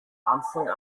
anfang